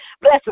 Bless